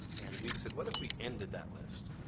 and we said, what if we ended that list?